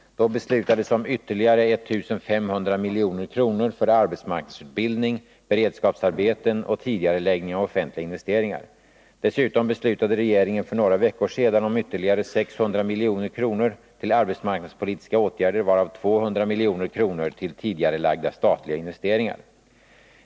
Då beslutades om ytterligare 1 500 milj.kr. för arbetsmarknadsutbildning, beredskapsarbeten och tidigareläggning av offentliga investeringar. Dessutom beslutade regeringen för några veckor sedan om ytterligare 600 milj.kr. till arbetsmarknadspolitiska åtgärder, varav 200 milj.kr. till tidigarelagda statliga investeringar.